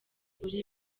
uri